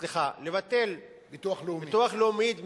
לבטל ביטוח לאומי,